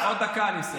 עוד דקה אני אסיים.